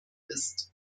ist